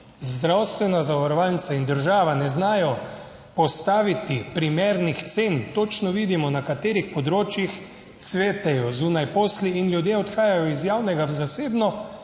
zdravstvena zavarovalnica in država ne znajo. Postaviti primernih cen. Točno vidimo, na katerih področjih cvetejo zunaj posli in ljudje odhajajo iz javnega v zasebno, ker se